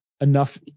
enough